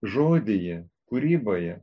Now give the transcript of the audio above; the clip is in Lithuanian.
žodyje kūryboje